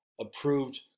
approved